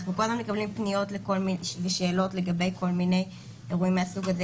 אנחנו כל הזמן מקבלים פניות ושאלות לגבי כל מיני אירועים מהסוג הזה,